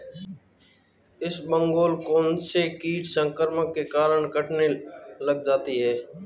इसबगोल कौनसे कीट संक्रमण के कारण कटने लग जाती है?